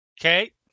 Okay